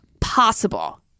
possible